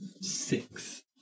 Six